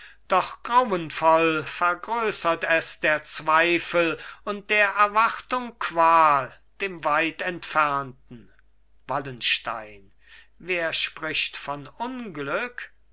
doch grauenvoll vergrößert es der zweifel und der erwartung qual dem weit entfernten wallenstein wer spricht von unglück